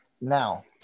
Now